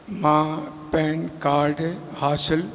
मां PAN card हासिल